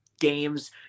games